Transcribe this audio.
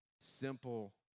simple